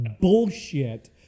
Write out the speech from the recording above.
bullshit